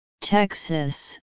Texas